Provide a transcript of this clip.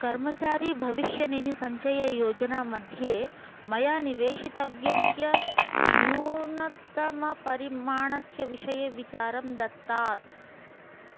कर्मचारिभविष्यनिधिसञ्चययोजना मध्ये मया निवेशितव्यस्य नूनतमपरिमाणस्य विषये विचारं दत्तात्